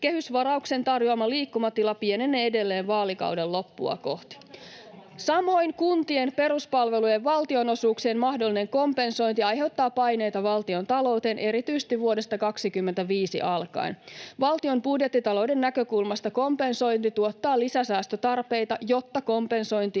Kehysvarauksen tarjoama liikkumatila pienenee edelleen vaalikauden loppua kohti. Samoin kuntien peruspalvelujen valtionosuuksien mahdollinen kompensointi aiheuttaa paineita valtiontalouteen, erityisesti vuodesta 2025 alkaen. Valtion budjettitalouden näkökulmasta kompensointi tuottaa lisäsäästötarpeita, jotta kompensointi